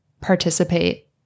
participate